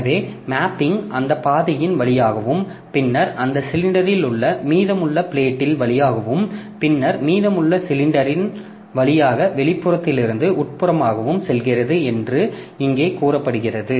எனவே மேப்பிங் அந்த பாதையின் வழியாகவும் பின்னர் அந்த சிலிண்டரில் உள்ள மீதமுள்ள பிளேட்டில் வழியாகவும் பின்னர் மீதமுள்ள சிலிண்டர்கள் வழியாக வெளிப்புறத்திலிருந்து உட்புறமாகவும் செல்கிறது என்று இங்கே கூறப்படுகிறது